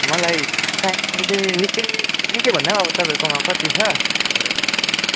मलाई चाहिनु चाहिँ निकै निकै भन्दा पनि अब तपाईँकोमा कति छ अब